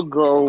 go